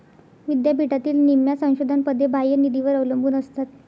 विद्यापीठातील निम्म्या संशोधन पदे बाह्य निधीवर अवलंबून असतात